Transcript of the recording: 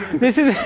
this is.